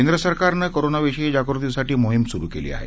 केंद्र सरकारनं कोरोनाविषयी जागृतीसाठी मोहीम सुरु केली आहे